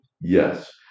Yes